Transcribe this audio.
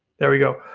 there we go.